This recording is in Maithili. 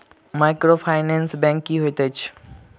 माइक्रोफाइनेंस बैंक की होइत अछि?